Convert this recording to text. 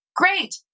Great